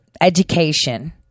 education